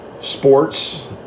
sports